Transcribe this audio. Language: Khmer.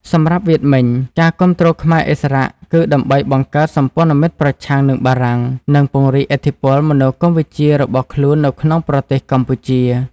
សម្រាប់វៀតមិញ ការគាំទ្រខ្មែរឥស្សរៈគឺដើម្បីបង្កើតសម្ព័ន្ធមិត្តប្រឆាំងនឹងបារាំង និងពង្រីកឥទ្ធិពលមនោគមវិជ្ជារបស់ខ្លួននៅក្នុងប្រទេសកម្ពុជា។